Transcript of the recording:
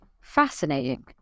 Fascinating